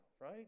right